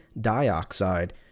dioxide